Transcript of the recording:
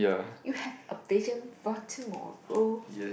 you have a vision for tomorrow